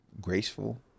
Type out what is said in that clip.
graceful